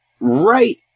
Right